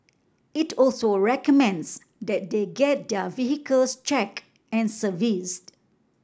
it also recommends that they get their vehicles checked and serviced